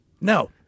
No